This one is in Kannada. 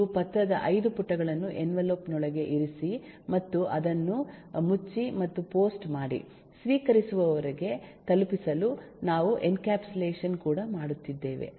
ನೀವು ಪತ್ರದ 5 ಪುಟಗಳನ್ನು ಎನ್ವೆಲೋಪ್ ನೊಳಗೆ ಇರಿಸಿ ಮತ್ತು ಅದನ್ನು ಮುಚ್ಚಿ ಮತ್ತು ಪೋಸ್ಟ್ ಮಾಡಿ ಸ್ವೀಕರಿಸುವವರಿಗೆ ತಲುಪಿಸಲು ನಾವು ಎನ್ಕ್ಯಾಪ್ಸುಲೇಷನ್ ಕೂಡ ಮಾಡುತ್ತಿದ್ದೇವೆ